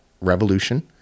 Revolution